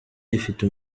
rifite